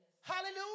Hallelujah